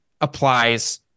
applies